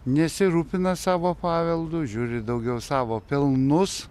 nesirūpina savo paveldu žiūri daugiau savo pelnus